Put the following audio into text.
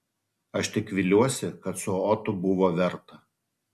aš tik viliuosi kad su otu buvo verta